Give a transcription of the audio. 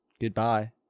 Goodbye